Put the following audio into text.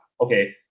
okay